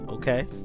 Okay